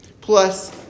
plus